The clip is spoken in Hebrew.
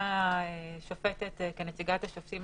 הוזמנה שופטת כנציגת השופטים